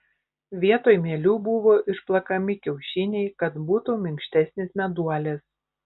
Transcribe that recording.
vietoj mielių buvo išplakami kiaušiniai kad būtų minkštesnis meduolis